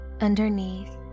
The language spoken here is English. underneath